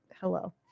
hello